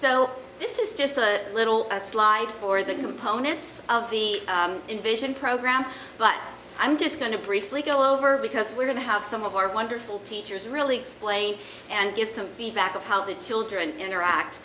so this is just a little slide for the components of the invision program but i'm just going to briefly go over because we're going to have some of our wonderful teachers really explain and give some feedback of how the children interact